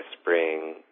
spring